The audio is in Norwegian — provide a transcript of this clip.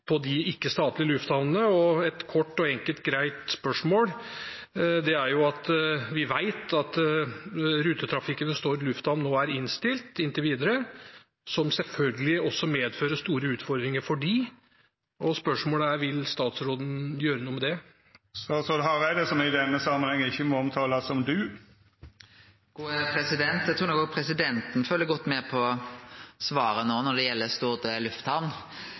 de ikke-statlige lufthavnene. Jeg har et kort, enkelt og greit spørsmål. Vi vet at rutetrafikken ved Stord lufthavn nå er innstilt inntil videre, noe som selvfølgelig også medfører store utfordringer for dem. Spørsmålet er: Vil statsråden gjøre noe med det? Statsråd Hareide – som i denne samanhengen ikkje må omtalast som «du». Eg trur nok òg presidenten følgjer godt med på svaret no når det